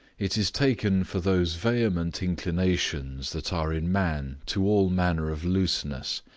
it is taken for those vehement inclinations that are in man to all manner of looseness,